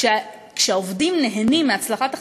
כשהעובדים נהנים מהצלחת החברה,